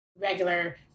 regular